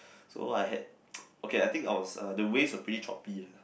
so I had okay I think was uh the waves were pretty choppy ah